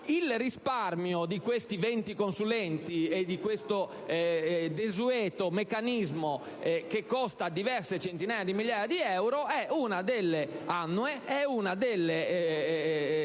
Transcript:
Il risparmio di questi 20 consulenti e di questo desueto meccanismo, che costa diverse centinaia di migliaia di euro all'anno, è una delle